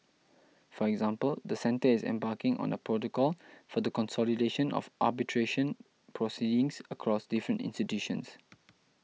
for example the centre is embarking on a protocol for the consolidation of arbitration proceedings across different institutions